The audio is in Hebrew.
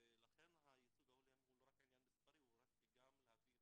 לכן הייצוג ההולם הוא לא רק עניין מספרי אלא הוא גם להביא את